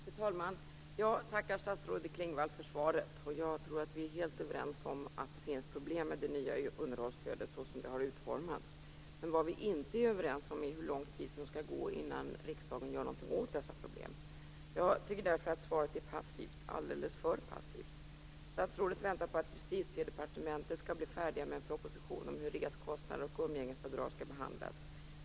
Fru talman! Jag tackar statsrådet Klingvall för svaret. Jag tror att vi är helt överens om att det finns problem med det nya underhållsstödet så som det har utformats. Men vad vi inte är överens om är hur lång tid som skall gå innan riksdagen gör någonting åt dessa problem. Jag tycker därför att svaret är passivt, alldeles för passivt. Statsrådet väntar på att man på Justitiedepartementet skall bli färdig med en proposition om hur reskostnader och umgängesavdrag skall behandlas.